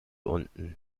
unten